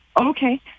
Okay